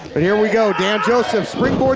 but here we go, dan joseph springboards